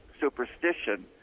superstition